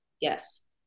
Yes